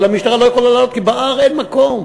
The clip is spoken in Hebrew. המשטרה לא יכולה להעלות כי בהר אין מקום,